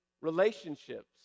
relationships